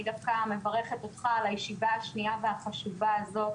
אני דווקא מברכת אותך על הישיבה השנייה והחשובה הזאת,